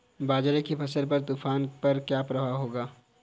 बाजरे की फसल पर तूफान का क्या प्रभाव होगा?